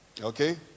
Okay